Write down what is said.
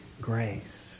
grace